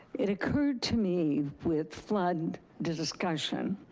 it occurred to me with flood, the discussion,